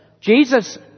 Jesus